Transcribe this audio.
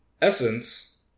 Essence